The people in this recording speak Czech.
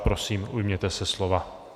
Prosím, ujměte se slova.